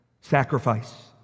Sacrifice